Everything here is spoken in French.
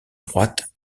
droite